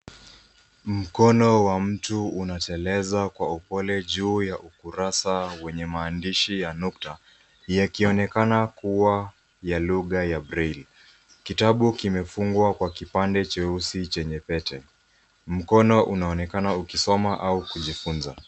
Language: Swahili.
Mkono wa mtu unateleza kwa upole juu ya ukurasa wenye maandishi ya nukta, yakionekana kuwa ya lugha ya braille . Kitabu kimefungwa kwa kipande cheusi chenye pete. Mkono unaonekana ukisoma au kujifunza.